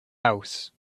house